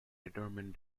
determined